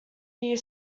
year